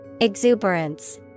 Exuberance